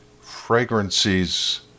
fragrances